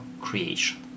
creation